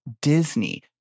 Disney